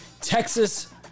Texas